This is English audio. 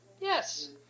Yes